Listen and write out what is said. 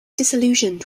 disillusioned